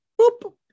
boop